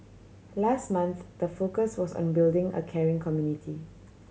last month the focus was on building a caring community